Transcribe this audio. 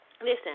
Listen